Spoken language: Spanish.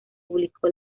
publicó